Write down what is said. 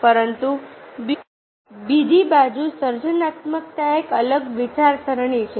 પરંતુ બીજી બાજુ સર્જનાત્મકતા એક અલગ વિચારસરણી છે